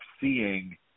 seeing